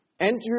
Enter